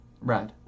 Right